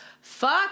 fuck